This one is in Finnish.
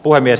puhemies